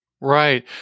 Right